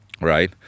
right